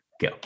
go